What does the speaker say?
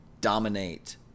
dominate